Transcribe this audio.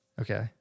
Okay